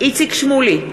איציק שמולי,